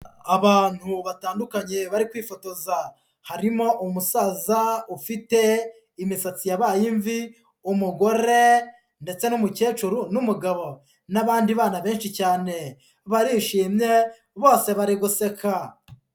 Abantu batandukanye bari kwifotoza, harimo umusaza ufite imisatsi yabaye imvi, umugore ndetse n'umukecuru n'umugabo n'abandi bana benshi cyane, barishimye bose bari guseka.